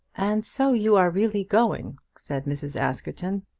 and so you are really going? said mrs. askerton.